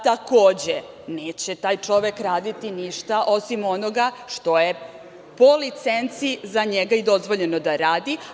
Takođe, neće taj čovek raditi ništa osim onoga što je po licenci za njega i dozvoljeno da radi.